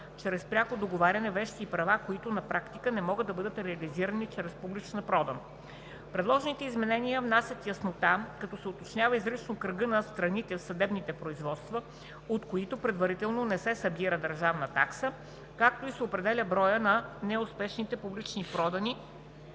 чрез пряко договаряне вещи и права, които на практика не могат да бъдат реализирани чрез публична продан. Предложените изменения внасят яснота, като се уточнява изрично кръгът на страните в съдебните производства, от които предварително не се събира държавна такса, както и се определя броят на неуспешните публични продани,